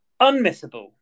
unmissable